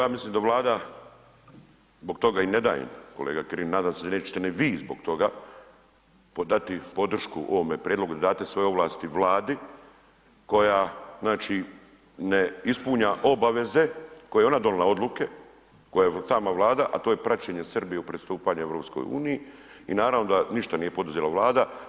Ja mislim da Vlada zbog toga i ne dajem, kolega Kirin, nadam se da nećete ni vi zbog toga dati podršku ovome prijedlogu, dati svoje ovlasti Vladi koja znači ne ispunjava obaveze koje je ona donijela odluke koje sama Vlada, a to je praćenje Srbije u pristupanju EU-i i naravno da ništa nije poduzela Vlada.